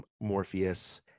morpheus